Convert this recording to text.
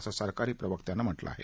असं सरकारी प्रवक्त्यानं म्हटलं आहे